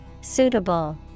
Suitable